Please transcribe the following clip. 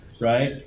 right